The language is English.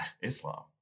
Islam